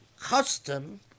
custom